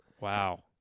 Wow